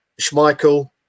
Schmeichel